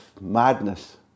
madness